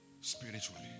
spiritually